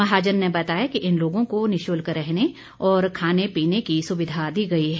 महाजन ने बताया कि इन लोगों को निशुल्क रहने और खाने पीने की सुविधा दी गई है